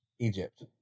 Egypt